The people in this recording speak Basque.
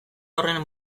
horren